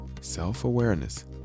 Self-awareness